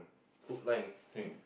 put line okay